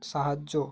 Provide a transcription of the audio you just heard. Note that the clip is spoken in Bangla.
সাহায্য